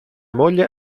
moglie